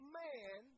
man